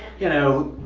you know,